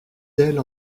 d’elle